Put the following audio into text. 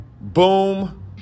boom